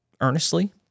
earnestly